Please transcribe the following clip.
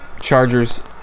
Chargers